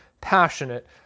passionate